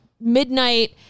midnight